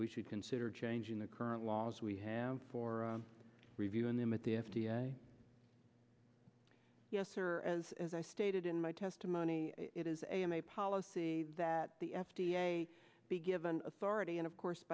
we should consider changing the current laws we have for reviewing them at the f d a yes or as as i stated in my testimony it is a m a policy that the f d a be given authority and of course